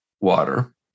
water